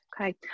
Okay